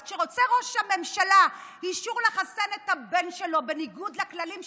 אז כשרוצה ראש הממשלה אישור לחסן את הבן שלו בניגוד לכללים,